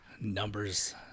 Numbers